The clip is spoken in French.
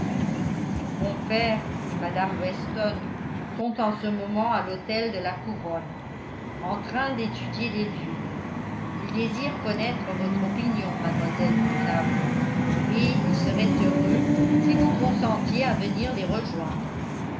mon père et mme weston sont en ce moment à l'hôtel de la couronne en train d'étudier les lieux ils désirent connaître votre opinion mlle woodhouse et ils seraient heureux si vous consentiez à venir les rejoindre